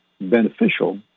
beneficial